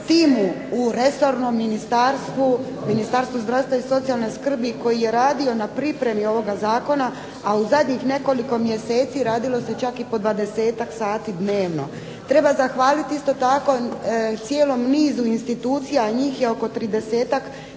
timu u resornom ministarstvu, Ministarstvu zdravstva i socijalne skrbi koji je radio na pripremi ovoga zakona, a u zadnjih nekoliko mjeseci radilo se čak i po 20-ak sati dnevno. Treba zahvaliti isto tako cijelom nizu institucija, njih je oko 30-ak